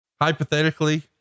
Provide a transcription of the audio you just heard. Hypothetically